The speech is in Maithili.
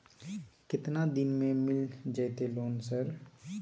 केतना दिन में मिल जयते लोन सर?